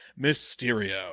Mysterio